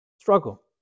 struggle